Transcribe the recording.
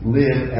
live